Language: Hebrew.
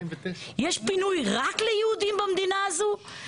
יש פינוי רק ליהודים במדינה הזו?